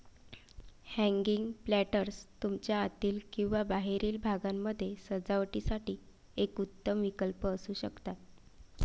hanging planters तुमच्या आतील किंवा बाहेरील भागामध्ये सजावटीसाठी एक उत्तम विकल्प असू शकतात